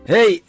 Hey